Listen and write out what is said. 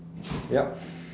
yup